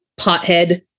Pothead